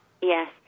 Yes